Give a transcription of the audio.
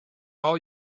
all